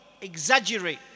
exaggerate